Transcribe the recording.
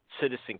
Citizen